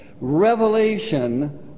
revelation